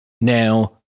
now